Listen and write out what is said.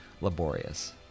laborious